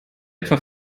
etwa